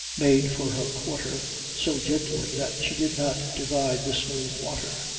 made for her quarter so gently that she did not divide the smooth water,